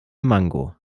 mango